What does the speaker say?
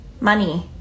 money